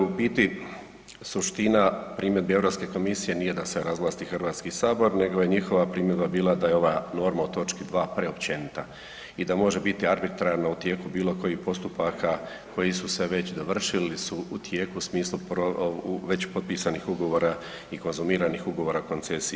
U biti suština primjedbi Europske komisije nije da se razvlasti HS nego je njihova primjedba bila da je ova norma u točki 2 preopćenita i da može biti arbitrarna u tijeku bilo kojih postupaka koji su se već dovršili ili su u tijeku u smislu već potpisanih ugovora i konzumiranih Ugovora o koncesiji.